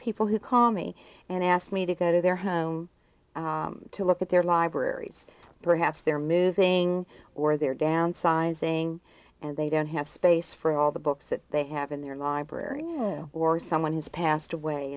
people who call me and asked me to go to their home to look at their libraries perhaps they're moving or they're downsizing and they don't have space for all the books that they have in their library or someone who's passed away